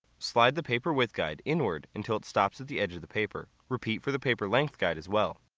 slide the paper width guide inward until it stops at the edge of the paper. repeat for the paper length guide as well.